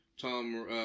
tom